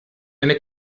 eine